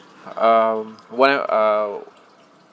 um what uh